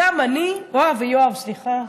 בואי, אורלי.